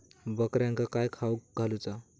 बकऱ्यांका काय खावक घालूचा?